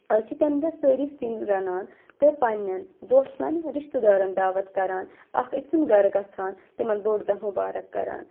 أسۍ چھِ تمہِ دۄہ سٲری سِنۍ رَنان تہٕ پَنٛنٮ۪ن دوستَن رِشتہٕ دارَن دعوت کَران اَکھ أکۍ سُنٛد گَرٕ گَژھان تِمَن بوٚڈ دۄہ مُبارک کَران